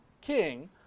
king